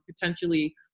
potentially